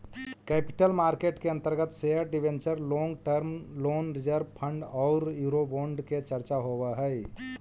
capital market के अंतर्गत share debenture long term loan reserve fund औउर यूरोबोंड के चर्चा होवऽ हई